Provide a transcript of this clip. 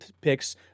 picks